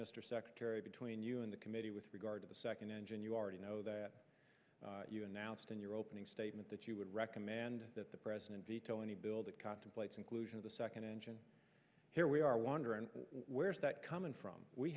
mr secretary between you and the committee with regard to the second engine you already know that you announced in your own statement that you would recommend that the president veto any bill that contemplates inclusion of the second engine here we are wondering where's that coming from we